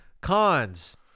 cons